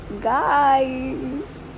guys